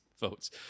votes